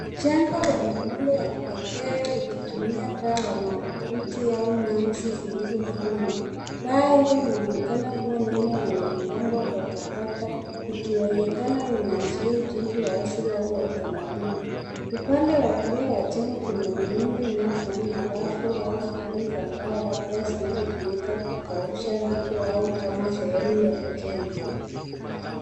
Jengo lenye muundo wa kipekee likitumia paa la makuti au nyenzi zilizofumwa. Paa hilo linaonekana kuwa nene na mpango pakapaka ikiwezekana inaashiria ujenzi wa asili au wa kitamaduni. Upande wa kulia wa jengo kuna miundo inayofanana na rafu au fremu za mbao labda zinazotumika kukausha vitu au kama sehemu ya ujenzi.